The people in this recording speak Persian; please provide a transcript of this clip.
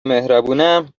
مهربونم